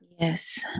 yes